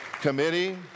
committee